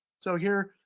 so here,